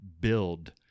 build